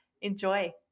Enjoy